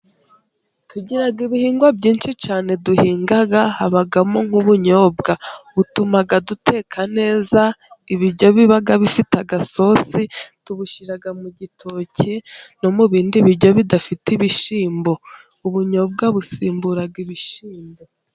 Tugira ibihingwa byinshi cyane duhinga: Habamo nk'ubunyobwa butuma duteka neza ibiryo biba bifite agasosi, tubushyira mu gitoki no mu bindi biryo bidafite ibishyimbo. Ubunyobwa busimbura ibishyimbo.